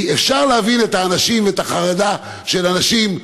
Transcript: כי אפשר להבין את החרדה של אנשים.